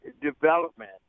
development